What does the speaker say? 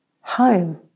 home